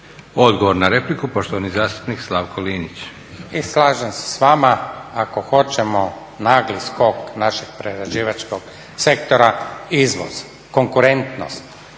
Odgovor na repliku poštovani zastupnik Slavko Linić. **Linić, Slavko (Nezavisni)** I slažem se s vama, ako hoćemo nagli skok našeg prerađivačkog sektora, izvoz, konkurentnost